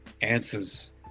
answers